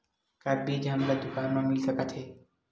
का बीज हमला दुकान म मिल सकत हे?